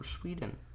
Sweden